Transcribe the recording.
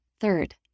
Third